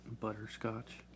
butterscotch